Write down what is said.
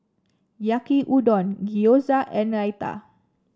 Yaki Udon Gyoza and Raita